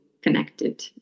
Connected